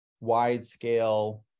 wide-scale